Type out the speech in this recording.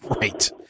Right